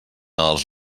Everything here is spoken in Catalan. als